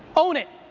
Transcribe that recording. own it.